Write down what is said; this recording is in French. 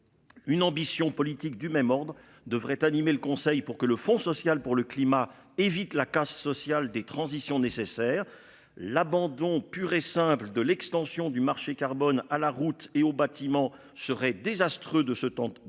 Une ambition politique du même ordre devrait animer le conseil pour que le fonds social pour le climat évite la casse sociale des transitions nécessaires, l'abandon pur et simple de l'extension du marché carbone. Ah la route et au bâtiment serait désastreux de ce temps